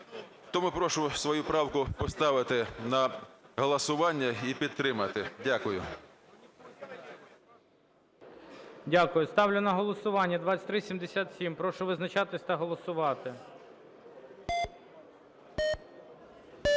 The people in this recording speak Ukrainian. Тому прошу свою правку поставити на голосування і підтримати. Дякую. ГОЛОВУЮЧИЙ. Дякую. Ставлю на голосування 2377, прошу визначатись та голосувати.